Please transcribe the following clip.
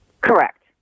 Correct